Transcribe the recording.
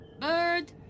bird